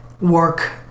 work